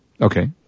Okay